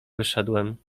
wyszedłem